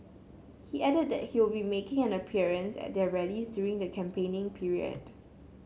he added that he will be making an appearance at their rallies during the campaigning period